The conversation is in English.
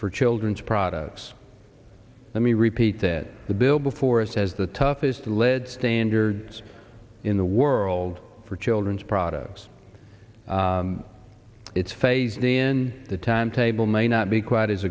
for children's products let me repeat that the bill before us has the toughest lead standards in the world for children's products it's phased in the timetable may not be quite as